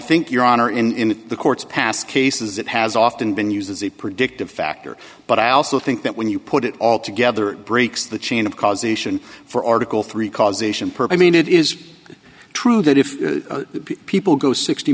think your honor in the court's past cases it has often been used as a predictive factor but i also think that when you put it all together breaks the chain of causation for article three causation per i mean it is true that if people go sixty